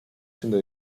siendo